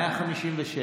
157,